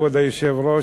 כבוד היושב-ראש,